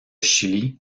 chili